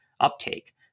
uptake